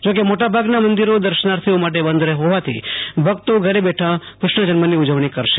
જો કે મોટા ભાગના મંદિરો દર્શનાર્થીઓ માટે બંધ હોવાથી ભક્તો ઘરે બેઠા કૃષ્ણ જન્મની ઉજવણી કરશે